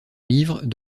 livres